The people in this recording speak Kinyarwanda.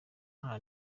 nta